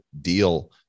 Deal